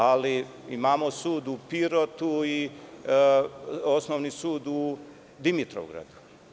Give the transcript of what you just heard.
Ali, imamo i sud u Pirotu i Osnovni sud u Dimitrovgradu.